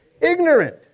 ignorant